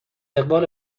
اقبال